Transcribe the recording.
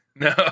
No